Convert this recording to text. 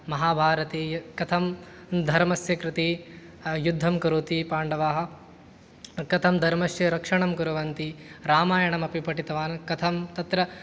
महाभारते य कथं धर्मस्य कृते युद्धं करोति पाण्डवाः कथं धर्मस्य रक्षणं कुर्वन्ति रामायणमपि पठितवान् कथं तत्र